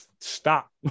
stop